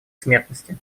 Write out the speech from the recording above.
смертности